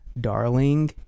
darling